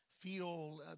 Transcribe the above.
feel